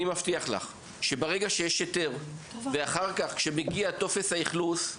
ברגע שיש היתר ומגיע אחר כך טופס האכלוס,